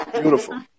Beautiful